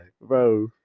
bro